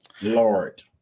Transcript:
Lord